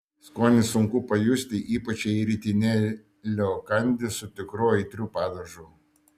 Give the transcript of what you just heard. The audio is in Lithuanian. skonį sunku pajusti ypač jei ritinėlio kandi su tikrai aitriu padažu